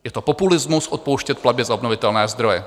Je to populismus, odpouštět platby za obnovitelné zdroje.